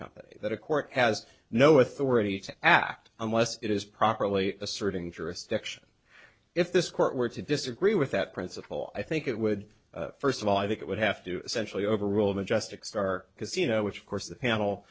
company that a court has no authority to act unless it is properly asserting jurisdiction if this court were to disagree with that principle i think it would first of all i think it would have to essentially overrule majestic star because you know which of course the panel